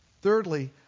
thirdly